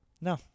No